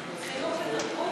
ותרבות?